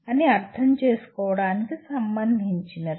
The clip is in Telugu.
ఇది అర్థం చేసుకోవడానికి సంబంధించినది